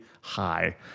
high